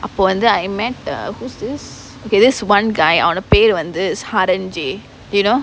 அப்போ வந்து:appo vanthu I met the who's this okay this one guy அவன்ட பேர் வந்து:avanda per vanthu haran you know